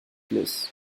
bliss